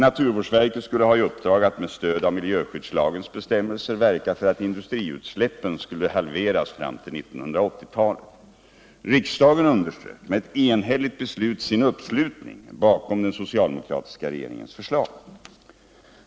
Naturvårdsverket skulle ha i uppdrag att med stöd av miljöskyddslagens bestämmelser verka för att industriutsläppen skulle halveras fram ull 1980-talet. Riksdagen underströk med ett enhälligt beslut sin uppslutning bakom den socialdemokratiska regeringens förslag.